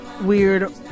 weird